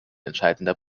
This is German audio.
entscheidender